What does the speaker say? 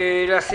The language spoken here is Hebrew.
אני מחדש את